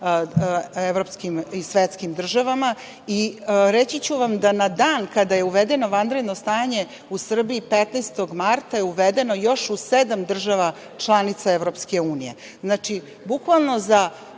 evropskim i svetskim državama. Reći ću vam da na dan kada je uvedeno vanredno stanje u Srbiji, 15. marta je uvedeno još u sedam država članica EU. Znači, bukvalno za